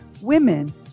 women